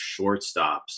shortstops